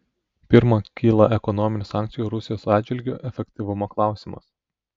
pirma kyla ekonominių sankcijų rusijos atžvilgiu efektyvumo klausimas